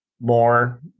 more